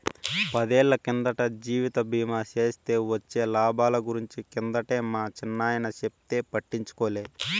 పదేళ్ళ కిందట జీవిత బీమా సేస్తే వొచ్చే లాబాల గురించి కిందటే మా చిన్నాయన చెప్తే పట్టించుకోలే